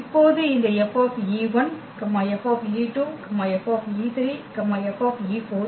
இப்போது இந்த F F F F என்ன என்பதைக் கணக்கிடுவோம்